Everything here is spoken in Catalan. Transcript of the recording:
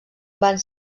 van